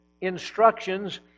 instructions